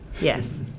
Yes